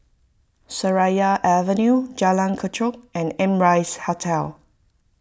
Seraya Avenue Jalan Kechot and Amrise Hotel